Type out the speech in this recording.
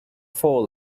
fall